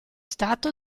stato